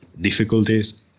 difficulties